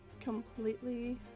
completely